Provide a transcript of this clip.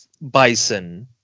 bison